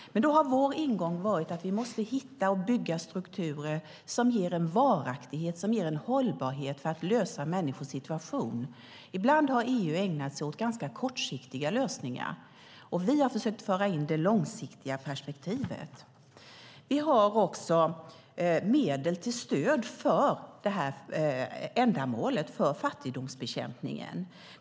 Men då har vår ingång varit att vi måste hitta och bygga strukturer som ger en varaktighet och en hållbarhet för att komma till rätta med människors situation. Ibland har EU ägnat sig åt ganska kortsiktiga lösningar. Vi har försökt föra in det långsiktiga perspektivet. Vi har också medel till stöd för detta ändamål för fattigdomsbekämpningen.